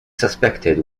suspected